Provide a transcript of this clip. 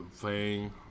Playing